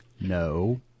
No